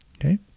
okay